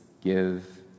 give